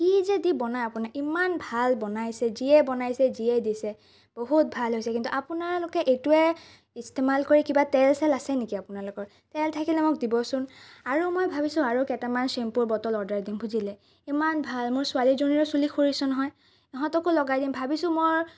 কি যে দি বনায় আপোনাৰ ইমান ভাল বনাইছে যিয়েই বনাইছে যিয়েই দিছে বহুত ভাল হৈছে কিন্তু আপোনালোকে এইটোৱে ইষ্টেমাল কৰি কিবা তেল চেল আছে নেকি আপোনালোকৰ তেল থাকিলে মোক দিবচোন আৰু মই ভাবিছোঁ আৰু কেইটামান চেম্পুৰ বটল অৰ্ডাৰ দিম বুজিলে ইমান ভাল মোৰ ছোৱালীজনীৰো চুলি সৰিছে নহয় ইহঁতকো লগাই দিম ভাবিছোঁ মোৰ